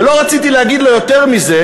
ולא רציתי להגיד לו יותר מזה,